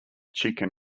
chicken